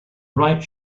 right